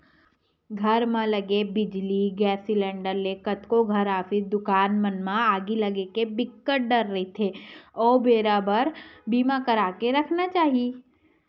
घर म लगे बिजली, गेस सिलेंडर ले कतको घर, ऑफिस, दुकान मन म आगी लगे के बिकट डर रहिथे ओ बेरा बर बीमा करा के रखना चाही